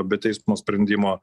be teismo sprendimo